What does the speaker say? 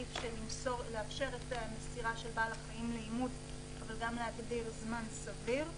שמאפשר את מסירת בעל החיים לאימוץ וגם להגדיר זמן סביר,